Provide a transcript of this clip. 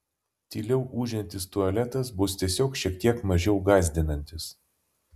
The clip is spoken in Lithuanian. tyliau ūžiantis tualetas bus tiesiog šiek tiek mažiau gąsdinantis